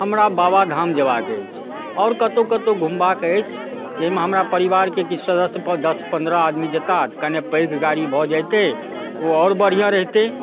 हमरा बाबाधाम जएबाक अछि आओर कतहु कतहु घुमबाक अछि जाहिमे हमरा परिवारके किछु सदस्य दस पनरह आदमी जेताह कने पैघ गाड़ी भऽ जएतै ओ आओर बढ़िआँ रहितै